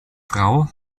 frau